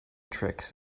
tricks